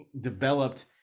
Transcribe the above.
developed